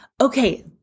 Okay